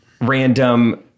random